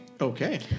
Okay